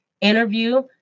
interview